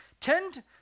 tend